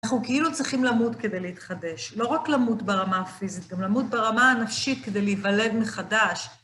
אנחנו כאילו צריכים למות כדי להתחדש, לא רק למות ברמה הפיזית, גם למות ברמה הנפשית כדי להיוולד מחדש.